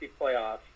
playoffs